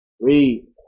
Read